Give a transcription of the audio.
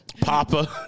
Papa